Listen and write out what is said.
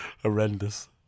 Horrendous